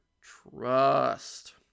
trust